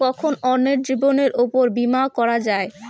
কখন অন্যের জীবনের উপর বীমা করা যায়?